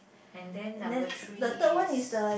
and then number three is